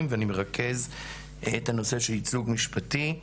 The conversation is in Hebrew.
ואני מרכז את הנושא של ייצוג משפטי.